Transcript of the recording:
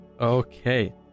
Okay